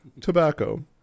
Tobacco